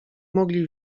mogli